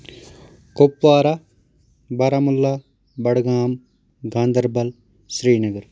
Kupwara Baramulla Budgam Ganderbal Srinagar